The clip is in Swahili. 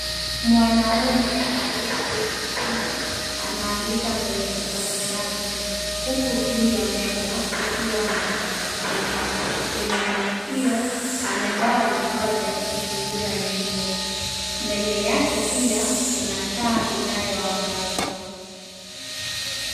Mwanaume aliye keti chini, anaandika kwenye kitabu chake, huku juu ya meza kukiwa na kipakatalishi. Kwenye masikio, amevaa vifaa vya kusikiliza nyimbo. Mbele yake pia, kuna taa inayoangaza.